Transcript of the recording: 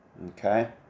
Okay